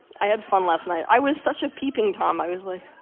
i had fun last night. i was such a peeping tom, i was like.